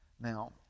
Now